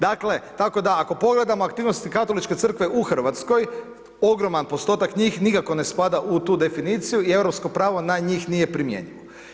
Dakle, tako da ako pogledamo aktivnosti Katoličke crkve u Hrvatskoj ogroman postotak njih nikako ne spada u tu definiciju i europsko pravo na njih nije primjenjivo.